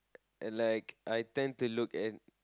and like I tend to look in